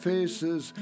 Faces